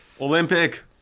olympic